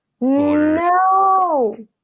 No